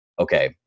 okay